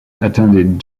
attended